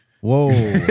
Whoa